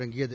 தொடங்கியது